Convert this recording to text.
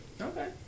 Okay